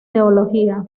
teología